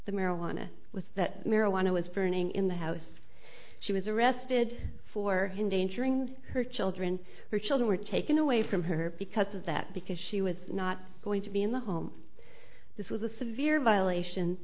the marijuana was that marijuana was burning in the house she was arrested for endangering her children her children were taken away from her because of that because she was not going to be in the home this was a severe violation